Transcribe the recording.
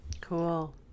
Cool